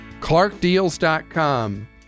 ClarkDeals.com